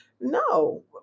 no